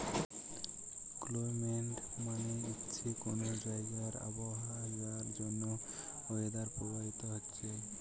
climate মানে হচ্ছে কুনো জাগার আবহাওয়া যার জন্যে ওয়েদার প্রভাবিত হচ্ছে